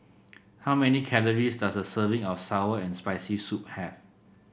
how many calories does a serving of sour and Spicy Soup have